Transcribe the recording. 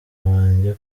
banjye